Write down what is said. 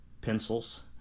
pencils